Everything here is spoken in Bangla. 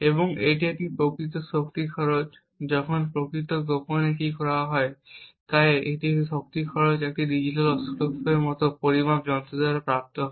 এবং এটি প্রকৃত শক্তি খরচ যখন প্রকৃত গোপন কী গণনা করা হয় তাই এই শক্তি খরচ একটি ডিজিটাল অসিলোস্কোপের মতো পরিমাপ যন্ত্র দ্বারা প্রাপ্ত হয়